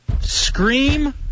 scream